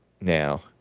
now